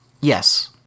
Yes